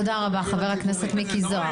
תודה רבה, חבר הכנסת מיקי זוהר.